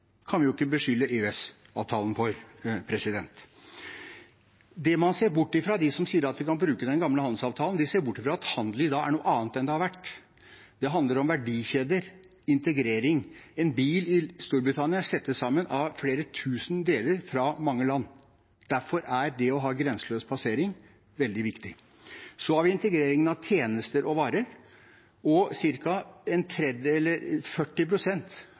kan vi ikke beskylde EØS-avtalen for. De som sier at vi kan bruke den gamle handelsavtalen, ser bort fra at handel i dag er noe annet enn det har vært. Det handler om verdikjeder, integrering. En bil i Storbritannia settes sammen av flere tusen deler fra mange land. Derfor er det å ha grenseløs passering veldig viktig. Så har vi integreringen av tjenester og varer, og